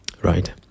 right